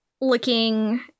looking